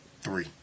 three